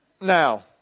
Now